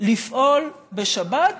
לפעול בשבת.